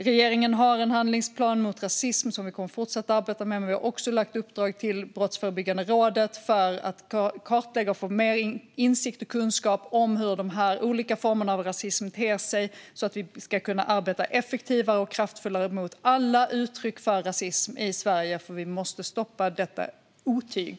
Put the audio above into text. Regeringen har en handlingsplan mot rasism som vi också kommer att fortsätta arbeta med, men vi har också gett ett uppdrag till Brottsförebyggande rådet att kartlägga detta för att vi ska få mer insikt och kunskap om hur de här olika formerna av rasism ter sig så att vi ska kunna arbeta effektivare och kraftfullare mot alla uttryck för rasism i Sverige, för vi måste stoppa detta otyg.